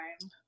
time